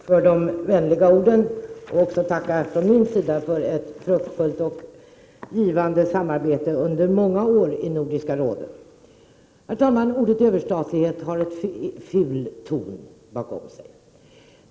Herr talman! Jag vill tacka Grethe Lundblad för de vänliga orden och också från min sida tacka för ett fruktbart och givande samarbete under många år i Nordiska rådet. Herr talman! Ordet överstatlighet har en ful ton.